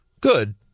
Good